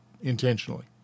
intentionally